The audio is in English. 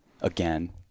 again